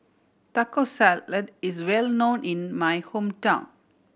Taco Salad is well known in my hometown